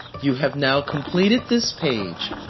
you have now completed this page.